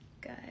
Good